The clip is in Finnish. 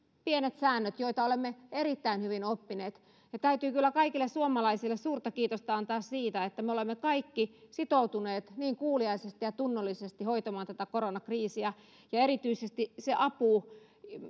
pienet säännöt joita olemme erittäin hyvin oppineet ja täytyy kyllä kaikille suomalaisille antaa suurta kiitosta siitä että me olemme kaikki sitoutuneet niin kuuliaisesti ja tunnollisesti hoitamaan tätä koronakriisiä ja erityisesti se apu